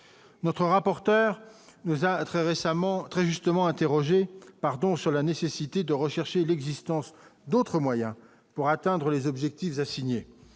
notre rapporteur nous a très récemment très justement interrogé, pardon, sur la nécessité de rechercher l'existence d'autres moyens pour atteindre les objectifs assignés